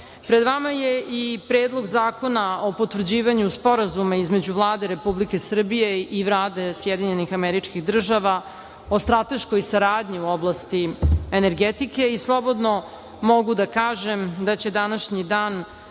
nama je i Predlog zakona o potvrđivanju Sporazuma između Vlade Republike Srbije i Vlade SAD o strateškoj saradnji u oblasti energetike i slobodno mogu da kažem da će današnji dan